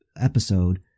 episode